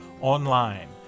online